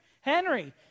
Henry